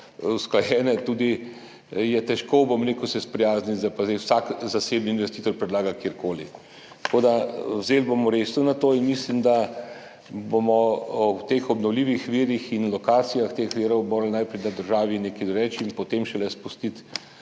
se je tudi težko, bom rekel, sprijazniti, da pa zdaj vsak zasebni investitor predlaga kjerkoli. Tako da vzeli bomo resno to in mislim, da bomo morali o teh obnovljivih virih in lokacijah teh virov najprej v državi nekaj reči in potem šele spustiti